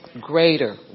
greater